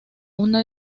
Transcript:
una